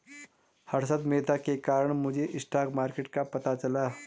हर्षद मेहता के कारण मुझे स्टॉक मार्केट का पता चला